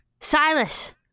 Silas